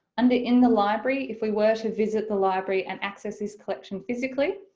under in the library if we were to visit the library and access this collection physically,